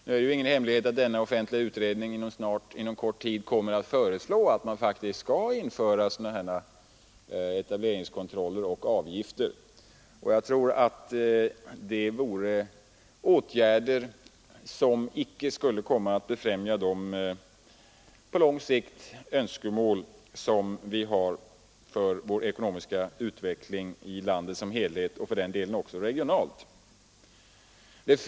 Det är ju ingen hemlighet att denna offentliga utredning inom kort kommer att föreslå att man faktiskt skall införa dylika etableringskontroller och avgifter. Jag tror att det vore åtgärder som icke skulle befrämja de önskemål som vi har för vår ekonomiska utveckling på lång sikt i landet som helhet och också regionalt.